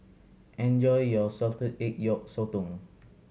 enjoy your salted egg yolk sotong